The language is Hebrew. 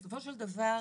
בסופו של דבר,